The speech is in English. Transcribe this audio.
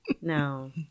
No